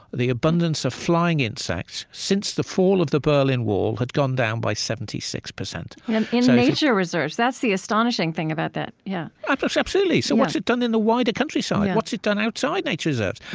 the abundance of flying insects since the fall of the berlin wall had gone down by seventy six percent and in nature reserves that's the astonishing thing about that yeah ah absolutely. so what's it done in the wider countryside? what's it done outside nature reserves?